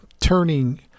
turning